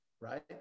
right